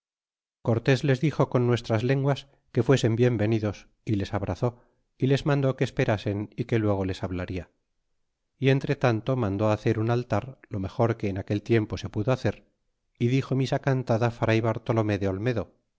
cortes les dixo con nuestras lenguas que fuesen bien venidos y les abrazó y les mandó que esperasen y que luego les hablarla y entretanto mandó hacer un altar lo mejor que en aquel tiempo se pudo hacer y dixo misa cantada fray bartolome de olmedo